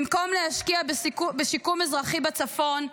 במקום להשקיע בשיקום אזרחי בצפון,